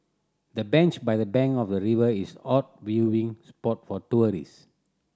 the bench by the bank of the river is out viewing spot for tourist